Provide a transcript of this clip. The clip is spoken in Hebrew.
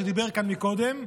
שדיבר כאן קודם,